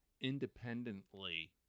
independently